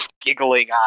Giggling